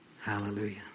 Hallelujah